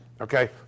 okay